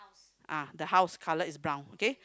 ah the house color is brown okay